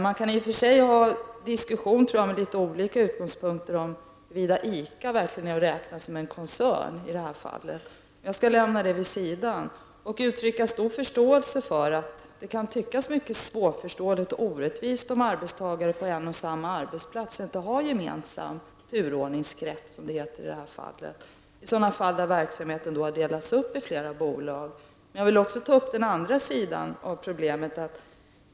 Man kan i och för sig ha en diskussion med olika utgångspunkter huruvida ICA verkligen är att räkna som en koncern i det här fallet. Jag lämnar den diskussionen åt sidan. Jag vill uttrycka stor förståelse för att det kan tyckas mycket svårförståeligt och orättvist om arbetstagare på en och samma arbetsplats inte har gemensam turordningskrets, som det heter, i sådana fall där verksamhet delas upp i flera bolag. Jag vill också ta upp den andra sidan av problemet.